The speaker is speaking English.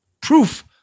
proof